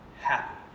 happy